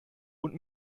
und